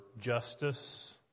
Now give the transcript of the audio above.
justice